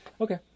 Okay